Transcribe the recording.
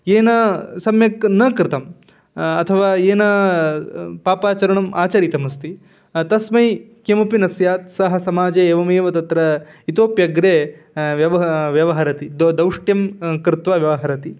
येन सम्यक् न कृतम् अथवा येन पापाचरणम् आचरितम् अस्ति तस्मै किमपि न स्यात् सः समाजे एवमेव तत्र इतोप्यग्रे व्यवव्यवहरति दो दौष्ट्यं कृत्वा व्यवहरति